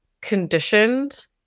conditioned